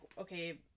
okay